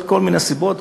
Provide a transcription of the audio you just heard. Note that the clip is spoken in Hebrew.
מכל מיני סיבות,